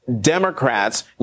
Democrats